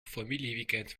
familieweekend